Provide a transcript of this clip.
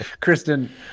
Kristen